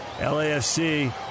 LAFC